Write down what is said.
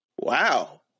Wow